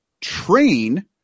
train